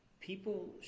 people